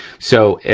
so,